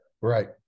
Right